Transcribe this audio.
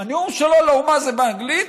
זה באנגלית,